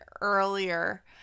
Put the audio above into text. earlier